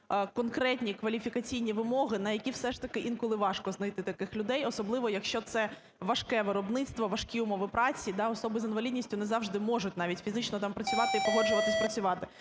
конкретні кваліфікаційні вимоги, на які все ж таки інколи важко знайти таких людей. Особливо, якщо це важке виробництво, важкі умови праці, особи з інвалідністю не завжди можуть навіть фізично там працювати і погоджуватись там працювати.